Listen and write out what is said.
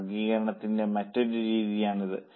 വർഗ്ഗീകരണത്തിന്റെ മറ്റൊരു രീതിയാണ് ഇത്